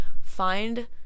find